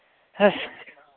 ꯑꯁ